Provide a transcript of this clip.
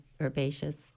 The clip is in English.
herbaceous